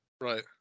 Right